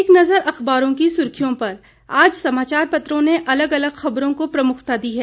एक नज़र अखबारों की सुर्खियों पर आज समाचार पत्रों ने अलग अलग खबरों को प्रमुखता दी है